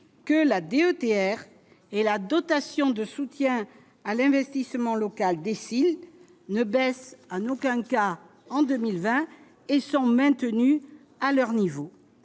que la DETR et la dotation de soutien à l'investissement local déciles ne baissent en aucun cas en 2020 et sont maintenus à leur niveau,